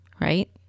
right